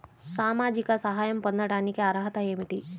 సామాజిక సహాయం పొందటానికి అర్హత ఏమిటి?